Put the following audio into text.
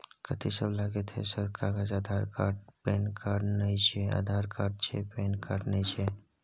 कथि सब लगतै है सर कागज आधार कार्ड पैन कार्ड नए छै आधार कार्ड छै पैन कार्ड ना छै?